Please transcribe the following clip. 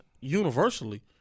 universally